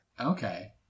Okay